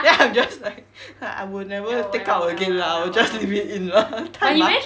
then I'm just like !huh! I will never take out again I will just leave it in lah ha 太麻